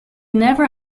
never